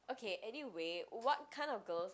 okay anyway what kind of girls